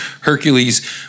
Hercules